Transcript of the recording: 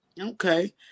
Okay